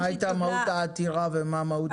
מה הייתה מהות העתירה ומה מהות הפסיקה?